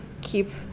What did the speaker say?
keep